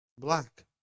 black